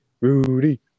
Rudy